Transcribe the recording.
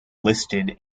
listed